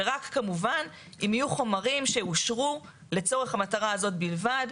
ורק כמובן אם יהיו חומרים שאושרו לצורך המטרה הזאת בלבד.